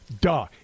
Duh